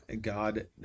god